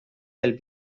del